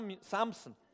Samson